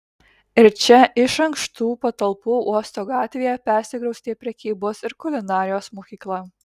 ir čia iš ankštų patalpų uosto gatvėje persikraustė prekybos ir kulinarijos mokykla